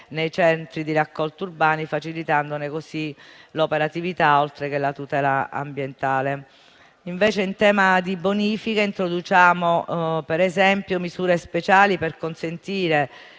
nei centri di raccolta urbani, facilitandone così l'operatività, oltre che la tutela ambientale. In tema di bonifica introduciamo, per esempio, misure speciali per consentire